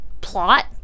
plot